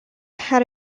had